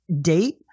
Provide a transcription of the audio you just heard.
date